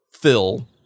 Phil